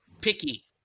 picky